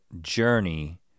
journey